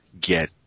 get